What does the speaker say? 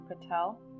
Patel